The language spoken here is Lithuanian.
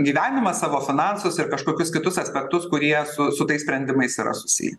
gyvenimą savo finansus ir kažkokius kitus aspektus kurie su su tais sprendimais yra susiję